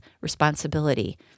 responsibility